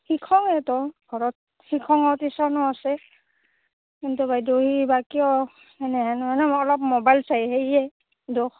শিক্ষঙেইতো ঘৰত শিক্ষঙৰ টিউছনো আছে কিন্তু বাইদেউ সি বা কিয় এনেহেন মানে অলপ মোবাইল চাই সেয়ে দুখ